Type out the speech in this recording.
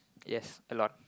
yes a lot